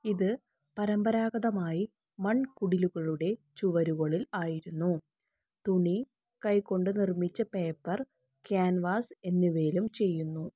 ഇത് പരമ്പരാഗതമായി മൺകുടിലുകളുടെ ചുവരുകളിൽ ആയിരുന്നു തുണി കൈകൊണ്ട് നിർമ്മിച്ച പേപ്പർ ക്യാൻവാസ് എന്നിവയിലും ചെയ്യുന്നു